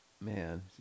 Man